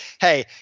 hey